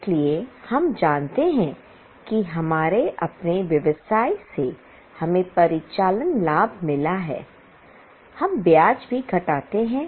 इसलिए हम जानते हैं कि हमारे अपने व्यवसाय से हमें परिचालन लाभ मिला है हम ब्याज भी घटाते हैं